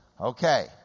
Okay